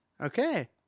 Okay